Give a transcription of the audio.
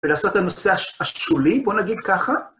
ולעשות את הנושא השולי, בוא נגיד ככה.